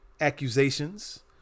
accusations